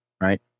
right